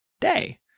day